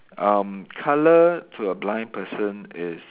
um colour to a blind person is